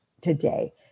today